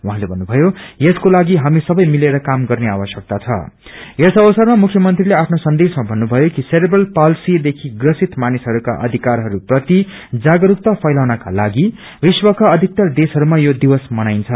उहाँले भन्नुभयो यसको लागि हामी सबै मिलेर काम गर्ने आवश्यकता छं यस अवसरमा मुख्यमंत्रीले आफ्नो सन्देशमा भन्नुमयो कि सेरेब्रेल पालसीदेखि ग्रसित मानिसहरूका अयीकरहरू प्रति जागस्क्रता फैलाउनका लागि विश्वका अविक्तर देशहरूमा यो दिवस मनाईन्छ